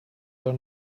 are